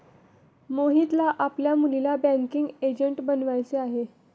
मोहितला आपल्या मुलीला बँकिंग एजंट बनवायचे आहे